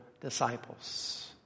disciples